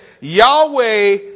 Yahweh